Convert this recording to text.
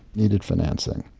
needed financing.